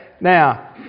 Now